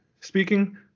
speaking